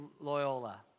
Loyola